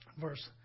verse